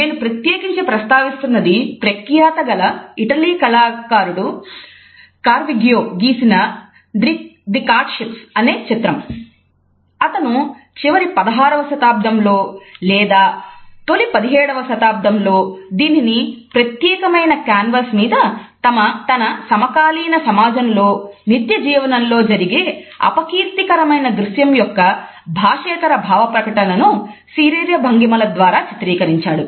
నేను ప్రత్యేకించి ప్రస్తావిస్తున్నది ప్రఖ్యాతి గల ఇటలీ చిత్రకారుడు కారవగ్గియో గీసిన ది కార్డష్రఫ్స్ అనే చిత్రం